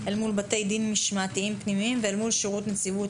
מול בתי דין משמעתיים פנימיים ואל מול שירות נציבות